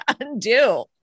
undo